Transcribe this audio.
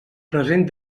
present